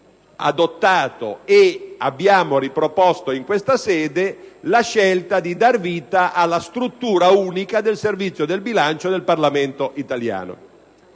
avevamo adottato e abbiamo riproposto in questa sede la scelta di dar vita alla struttura unica del Servizio del bilancio del Parlamento italiano),